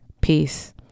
Peace